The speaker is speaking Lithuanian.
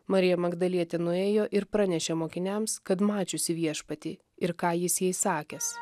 marija magdalietė nuėjo ir pranešė mokiniams kad mačiusi viešpatį ir ką jis jai sakęs